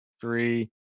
three